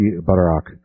Barak